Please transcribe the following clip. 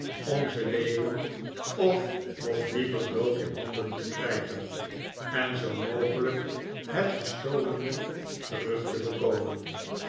om ze levend of nog liever dood in handen te krijgen en zoo mogelijk het gestolene terug te bekomen